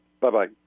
Bye-bye